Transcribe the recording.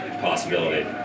Possibility